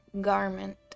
garment